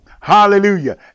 Hallelujah